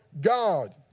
God